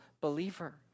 believer